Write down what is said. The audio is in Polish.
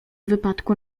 wypadku